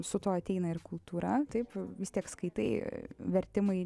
su tuo ateina ir kultūra taip vis tiek skaitai vertimai